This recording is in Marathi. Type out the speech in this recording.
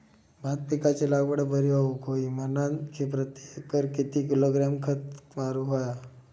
भात पिकाची लागवड बरी होऊक होई म्हणान प्रति एकर किती किलोग्रॅम खत मारुक होया?